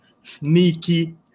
sneaky